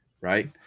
Right